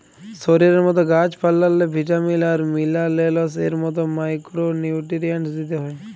শরীরের মত গাহাচ পালাল্লে ভিটামিল আর মিলারেলস এর মত মাইকোরো নিউটিরিএন্টস দিতে হ্যয়